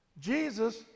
Jesus